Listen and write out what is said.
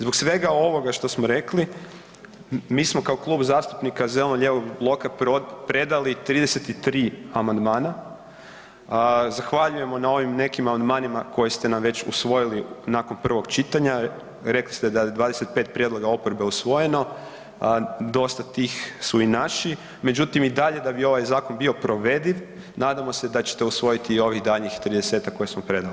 Zbog svega ovoga što smo rekli, mi smo kao Klub zastupnika zeleno-lijevog bloka predali 33 amandmana, zahvaljujemo na ovima nekima amandmanima koje ste nam već usvojili nakon prvog čitanja, rekli ste da je 25 prijedloga oporbe usvojeno, dosta tih su i naši, međutim i dalje da bi ovaj zakon bio provediv, nadamo se da ćete usvojiti i ovih daljnjih 30-ak koje smo predali.